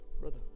brother